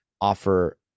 offer